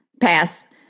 Pass